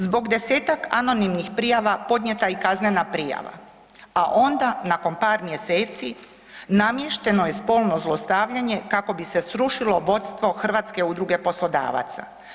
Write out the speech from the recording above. Zbog 10-tak anonimnih prijava podnijeta je i kaznena prijava, a onda nakon par mjeseci namješteno je spolno zlostavljanje kako bi se srušilo vodstvo Hrvatske udruge poslodavaca.